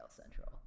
Central